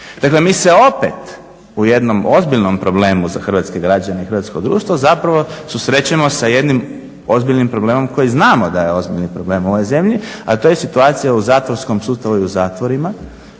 Dakle, mi se opet u jednom ozbiljnom problemu za hrvatske građane i hrvatsko društvo zapravo susrećemo sa jednim ozbiljnim problemom koji znamo da je ozbiljni problem u ovoj zemlji, a to je situacija u zatvorskom sustavu i u zatvorima